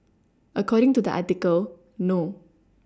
according to the article no